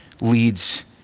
leads